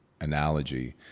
analogy